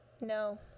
no